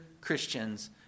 Christians